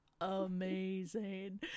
amazing